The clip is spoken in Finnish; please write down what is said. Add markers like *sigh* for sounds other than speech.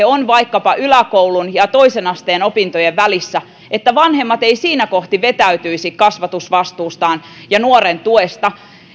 *unintelligible* on vaikkapa yläkoulun ja toisen asteen opintojen välissä se että vanhemmat eivät siinä kohti vetäytyisi kasvatusvastuustaan ja nuoren tuesta